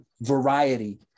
variety